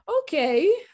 okay